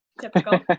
Typical